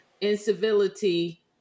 incivility